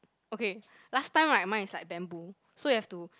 okay last time right mine is like bamboo so you have to